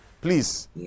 please